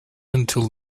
until